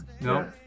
No